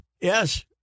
Yes